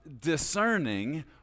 discerning